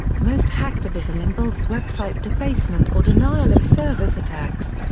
most hacktivism involves website defacement or denial-of-service attacks.